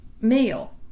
meal